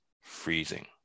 freezing